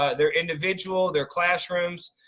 ah their individual, their classrooms.